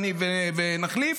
ונחליף?